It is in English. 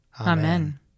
Amen